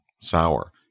sour